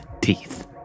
teeth